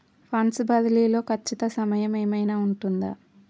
Funds బదిలీ లో ఖచ్చిత సమయం ఏమైనా ఉంటుందా?